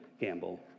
gamble